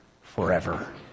forever